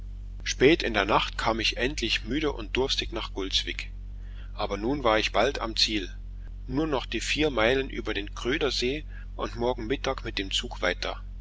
spät in der nacht kam ich endlich müde und durstig nach gulsvik aber nun war ich bald am ziel nur noch die vier meilen über den krödersee und morgen mittag mit dem zug weiter